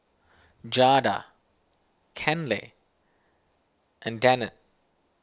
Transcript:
Jada Kenley and Danette